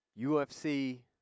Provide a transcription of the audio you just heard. UFC